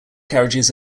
carriages